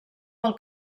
del